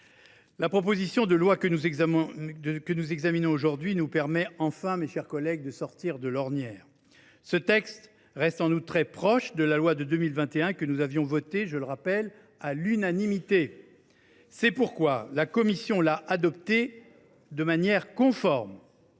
la proposition de loi que nous examinons aujourd’hui nous permet, enfin, de sortir de l’ornière. Ce texte reste en outre très proche de la loi de 2021 que nous avions votée, je le rappelle, à l’unanimité. C’est pourquoi la commission l’a adopté sans modification.